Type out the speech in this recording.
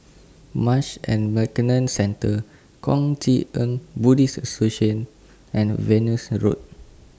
Marsh and McLennan Centre Kuang Chee Tng Buddhist and Venus Road